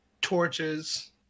torches